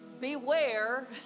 beware